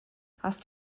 hast